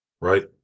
Right